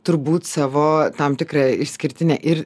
turbūt savo tam tikra išskirtine ir